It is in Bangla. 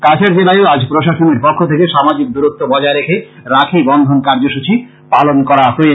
কাছাড় জেলায়ও আজ প্রশাসনের পক্ষ থেকে সামাজিক দূরত্ব বজায় রেখে রাখি বন্ধন কার্যসূচী পালন করা হয়েছে